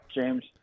James